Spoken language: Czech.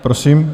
Prosím.